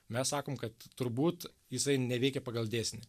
mes sakom kad turbūt jisai neveikia pagal dėsnį